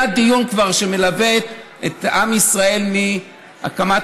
היה דיון שמלווה את עם ישראל מהקמת